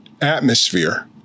atmosphere